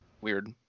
Weird